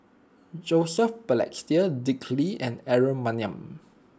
Joseph Balestier Dick Lee and Aaron Maniam